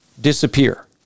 disappear